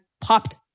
popped